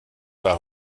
par